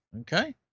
okay